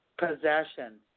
Possession